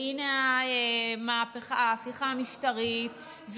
והינה ההפיכה המשטרית,